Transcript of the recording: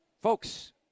Folks